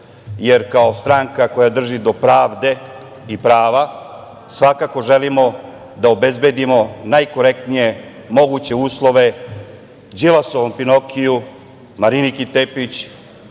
jer kao stranka koja drži do pravde i prava, svakako želimo da obezbedimo najkorektnije moguće uslove Đilasovom Pinokiju, Mariniki Tepić,